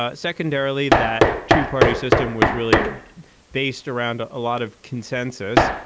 ah secondarily, that two party system was really based around a ah lot of consensus,